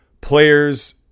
players